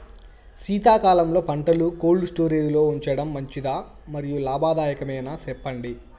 శీతాకాలంలో పంటలు cold storage లో ఉంచడం మంచిదా? మరియు లాభదాయకమేనా, సెప్పండి